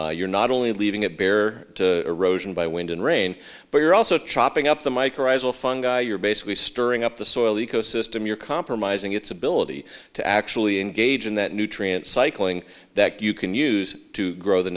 plowing you're not only leaving it bare to erosion by wind and rain but you're also chopping up the mike arrival fun guy you're basically stirring up the soil ecosystem you're compromising its ability to actually engage in that nutrient cycling that you can use to grow the